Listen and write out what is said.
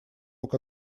мог